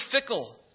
fickle